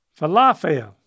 Falafel